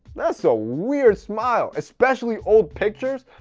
that's so weird smile especially old pictures,